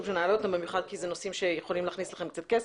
שנעלה אותם במיוחד כי זה נושאים שיכולים להכניס לכם קצת כסף.